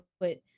put